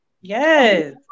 Yes